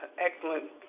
excellent